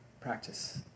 Practice